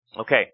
Okay